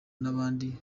n’abandi